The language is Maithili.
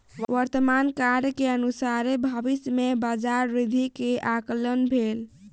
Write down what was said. वर्तमान कार्य के अनुसारे भविष्य में बजार वृद्धि के आंकलन भेल